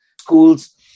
schools